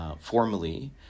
formally